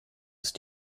ist